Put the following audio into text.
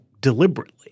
deliberately